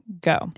Go